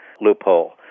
loophole